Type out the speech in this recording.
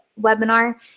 webinar